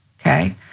okay